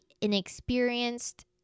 inexperienced